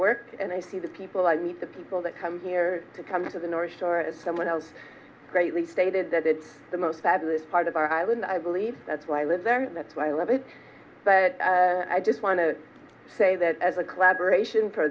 work and i see the people i meet the people that come here to come to the north shore as someone else greatly stated that it's the most fabulous part of our island i believe that's why i live there and that's why i love it but i just want to say that as a collaboration for